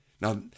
Now